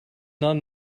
not